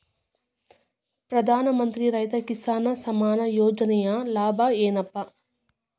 ಪ್ರಧಾನಮಂತ್ರಿ ರೈತ ಕಿಸಾನ್ ಸಮ್ಮಾನ ಯೋಜನೆಯ ಲಾಭ ಏನಪಾ?